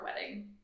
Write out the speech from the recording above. wedding